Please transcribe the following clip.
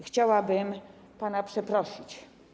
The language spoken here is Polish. Chciałabym pana przeprosić.